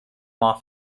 off